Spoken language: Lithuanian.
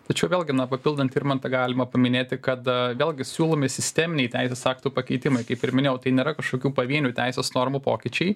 tačiau vėlgi papildant irmantą galima paminėti kad vėlgi siūlomi sisteminiai teisės aktų pakeitimai kaip ir minėjau tai nėra kažkokių pavienių teisės normų pokyčiai